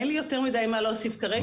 אין לי יותר מידי מה להוסיף כרגע,